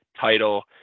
title